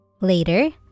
Later